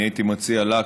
אני הייתי מציע לך,